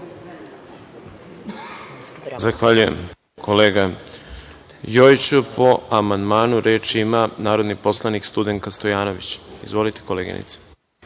Zahvaljujem, kolega Jojiću. Po amandmanu reč ima narodni poslanik Studenka Stojanović. Izvolite, koleginice.